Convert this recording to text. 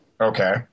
Okay